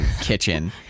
kitchen